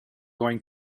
going